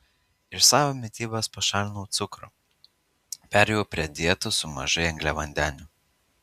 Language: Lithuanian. iš savo mitybos pašalinau cukrų perėjau prie dietos su mažai angliavandenių